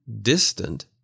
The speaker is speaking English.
distant